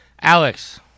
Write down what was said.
Alex